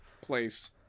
place